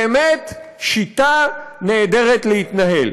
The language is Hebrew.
באמת שיטה נהדרת להתנהל.